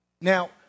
Now